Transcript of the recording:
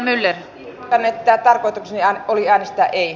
ilmoitan että tarkoitukseni oli äänestä ei